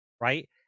right